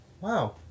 Wow